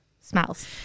smells